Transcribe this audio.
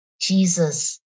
Jesus